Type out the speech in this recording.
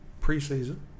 Pre-season